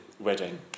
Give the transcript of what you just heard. wedding